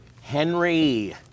Henry